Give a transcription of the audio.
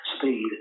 speed